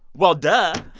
well, duh